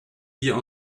wir